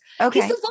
Okay